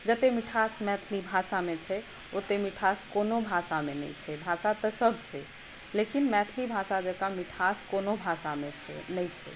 जतै मिठास मैथिली भाषामे छै ओतै मिठास कोनो भाषामे नहि छै भाषा तऽ सभ छै लेकिन मैथिली भाषा जेकाॅं मिठास कोनो भाषामे छै नहि छै